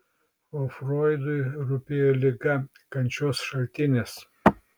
o froidui rūpėjo liga kančios šaltinis